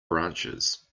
branches